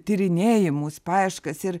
tyrinėjimus paieškas ir